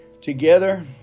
together